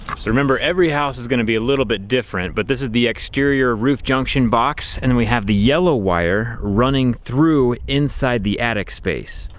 so remember, every house is going to be a little bit different, but this is the exterior roof junction box. and and we have the yellow wire running through inside the attic space.